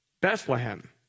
Bethlehem